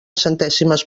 centèsimes